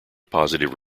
positive